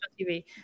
TV